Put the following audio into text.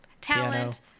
talent